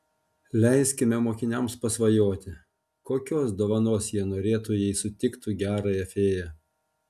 leiskime mokiniams pasvajoti kokios dovanos jie norėtų jei sutiktų gerąją fėją